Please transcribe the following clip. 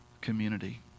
community